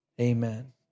amen